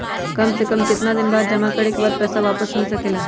काम से कम केतना दिन जमा करें बे बाद पैसा वापस मिल सकेला?